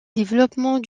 développement